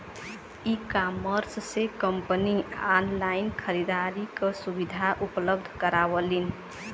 ecommerce से company online खरीदारी क सुविधा उपलब्ध करावलीन